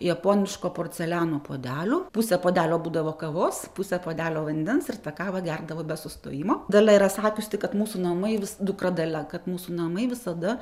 japoniško porceliano puodelių pusė puodelio būdavo kavos pusė puodelio vandens ir tą kavą gerdavo be sustojimo dalia yra sakiusi kad mūsų namai vis dukra dalia kad mūsų namai visada